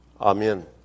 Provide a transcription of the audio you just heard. amen